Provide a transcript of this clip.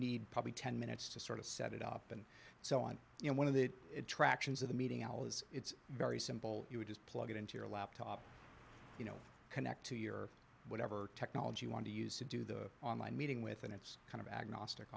need probably ten minutes to sort of set it up and so on and one of the attractions of the meeting al is it's very simple you would just plug it into your laptop you know connect to your whatever technology want to use to do the online meeting with and it's kind of agnostic